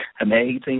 Amazing